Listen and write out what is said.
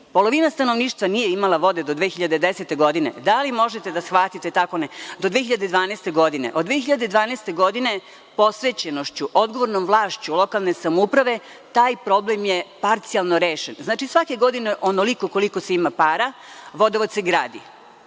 polovina stanovništva nije imala vode do 2012. godine. Da li možete da shvatite tako nešto? Od 2012. godine, posvećenošću, odgovornom vlašću lokalne samouprave taj problem je parcijalno rešen. Znači, svake godine, onoliko koliko se ima para, vodovod se gradi.